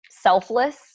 selfless